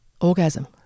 orgasm